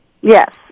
Yes